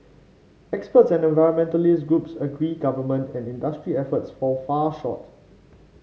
experts and environmentalist groups agree government and industry efforts fall far short